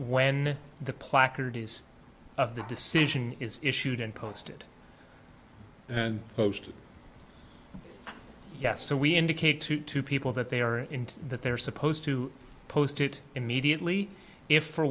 when the placard is of the decision is issued and posted and posted yes so we indicate to two people that they are into that they're supposed to post it immediately if for